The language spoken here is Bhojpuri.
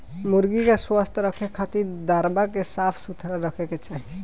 मुर्गी के स्वस्थ रखे खातिर दरबा के साफ सुथरा रखे के चाही